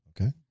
Okay